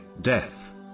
death